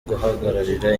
guhagararira